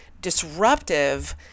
disruptive